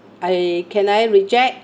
I can I reject